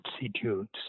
substitutes